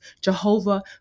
Jehovah